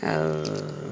ଆଉ